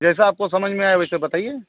जैसा आपको समझ में आए वैसा बताइए